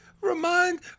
Remind